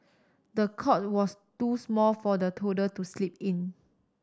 the cot was too small for the toddler to sleep in